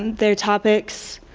their topics.